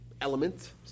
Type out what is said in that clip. element